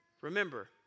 Remember